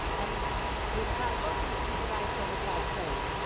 and with cloud functions, you can provide server side code.